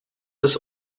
ist